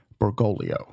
Bergoglio